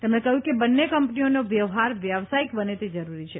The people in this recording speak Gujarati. તેમણે કહ્યું કે બંને કંપનીઓનો વ્યવહાર વ્યાવસાયિક બને તે જરૂરી છે